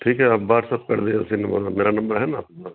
ٹھیک ہے آپ واٹسپ کر دیجیے اسی نمبر پہ میرا نمبر ہے نا آپ کے پاس